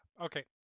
Okay